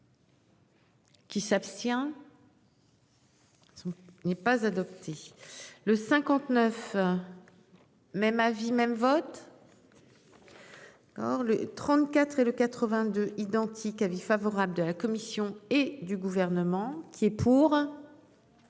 Qui s'abstient. Ce n'est pas adopté le 59. Même avis même vote. Or le 34 et le 82 identique. Avis favorable de la commission et du gouvernement. Qui est pour.